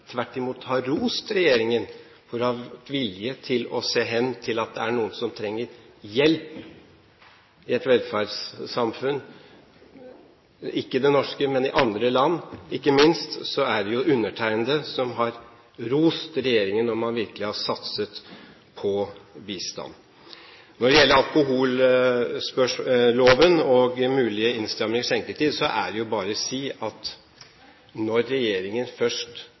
tvert imot har rost regjeringen, når budsjettet er blitt fremlagt, for å ha vist vilje til å se hen til at det er noen som trenger hjelp i et velferdssamfunn – ikke i det norske, men i andre land – så er det jo undertegnede. Jeg har rost regjeringen når man virkelig har satset på bistand. Når det gjelder alkoholloven og mulige innstramminger i skjenketid, er det bare det å si at når regjeringen først